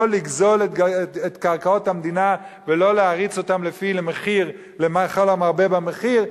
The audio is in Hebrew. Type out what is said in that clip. לא לגזול את קרקעות המדינה ולא להריץ אותם לכל המרבה במחיר,